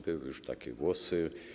Były już takie głosy.